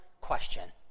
question